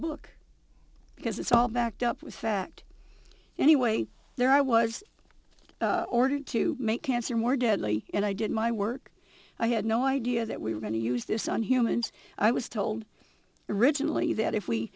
book because it's all backed up with fact anyway there i was ordered to make cancer more deadly and i did my work i had no idea that we were going to use this on humans i was told originally that if we